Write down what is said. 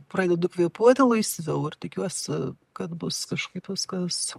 pradedu kvėpuoti laisviau ir tikiuosi kad bus kažkaip viskas